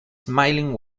smiling